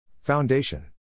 Foundation